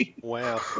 Wow